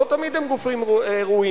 לא תמיד הן גופים ראויים.